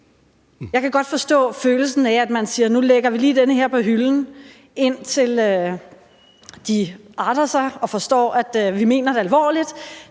Jeg kan godt forstå, at man siger: Nu lægger vi lige den her på hylden, indtil de arter sig og forstår, at vi mener det alvorligt.